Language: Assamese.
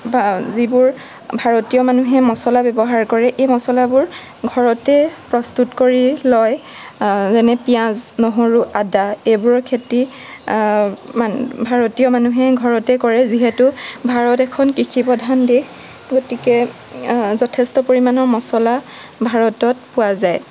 বা যিবোৰ ভাৰতীয় মানুহে মছলা ব্যৱহাৰ কৰে এই মছলাবোৰ ঘৰতে প্ৰস্তুত কৰি লয় যেনে পিঁয়াজ নহৰু আদা এইবোৰৰ খেতি মান ভাৰতীয় মানুহে ঘৰতে কৰে যিহেতু ভাৰত এখন কৃষিপ্ৰধান দেশ গতিকে যথেষ্ট পৰিমাণৰ মছলা ভাৰতত পোৱা যায়